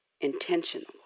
intentional